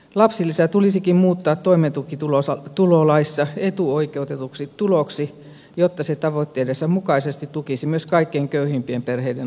lapsilisä tulisikin muuttaa toimeentulotukilaissa etuoikeutetuksi tuloksi jotta se tavoitteidensa mukaisesti tukisi myös kaikkein köyhimpien perheiden lapsia